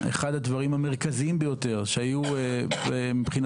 אחד הדברים המרכזיים ביותר שהיו מבחינתו